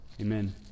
Amen